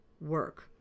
work